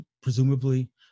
presumably